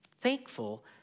thankful